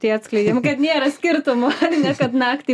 tai atskleidėm kad nėra skirtumo ar ne kad naktį